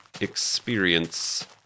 experience